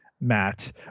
Matt